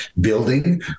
building